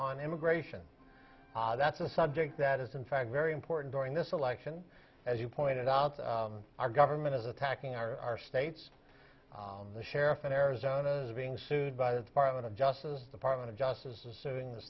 on immigration ah that's a subject that is in fact very important during this election as you pointed out our government is attacking our states the sheriff in arizona is being sued by the department of justice department of justice is suing the